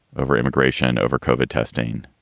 over immigration, over covert testing.